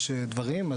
יש דברים,